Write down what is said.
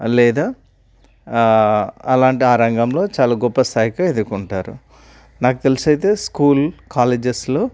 లేదా అలాంటి ఆ రంగంలో చాలా గొప్ప స్థాయికి ఎదుర్కొంటారు నాకు తెలిసి అయితే స్కూల్ కాలేజెస్లో